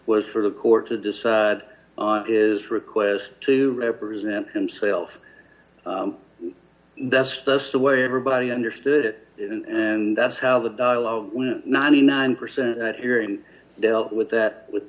was for the court to decide is request to represent himself that's just the way everybody understood it and that's how the ninety nine percent at hearing dealt with that with